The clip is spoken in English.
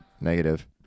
Negative